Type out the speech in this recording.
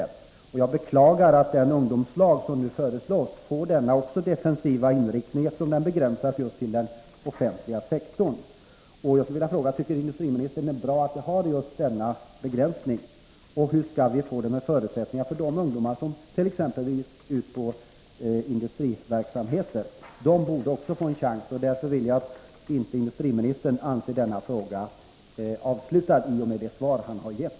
Jag Nr 19 beklagar att också den ungdomslag som nu föreslås får en så defensiv Tisdagen den inriktning, genom att den begränsas till den offentliga sektorn. 8november 1983 Jag skulle vilja fråga om industriministern tycker att det är bra med denna begränsning. Hur skall vi skapa goda förutsättningar exempelvis för de ungdomar som går ut i industriverksamheter? Också de borde få en chans. Jag skulle därför vilja att industriministern inte anser denna fråga avslutad i och med det svar som han har lämnat.